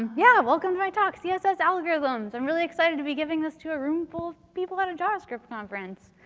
yeah. welcome to my talk. css algorithms. i'm really excited to be giving this to a room full of people at a javascript conference.